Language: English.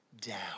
down